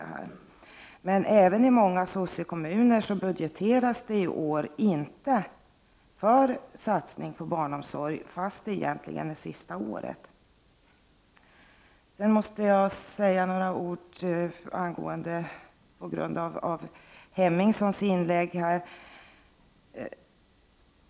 Också i många socialdemokratiskt styrda kommuner budgeteras det i år inte för en satsning på barnomsorg, fastän det nu gäller det sista året. Jag måste också säga några ord med anledning av Ingrid Hemmingssons inlägg.